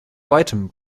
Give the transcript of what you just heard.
weitem